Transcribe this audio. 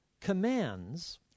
commands